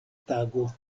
tago